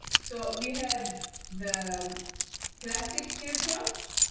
so we have the classic teardrops.